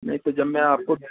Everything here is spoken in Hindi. नहीं तो जब मैं आपको